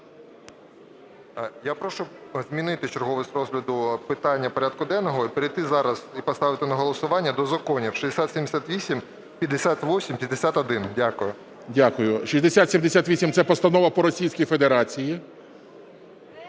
Я прошу змінити черговість розгляду питань порядку денного і перейти зараз і поставити на голосування закони 6078, 5851. Дякую. ГОЛОВУЮЧИЙ. Дякую. 6078 – це Постанова по Російській Федерації.